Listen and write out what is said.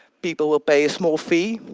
people will pay a small fee,